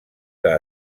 que